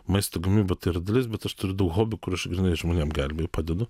maisto gamyba tai yra dalis bet aš turiu daug hobių kur aš grynai žmonėm gelbėju padedu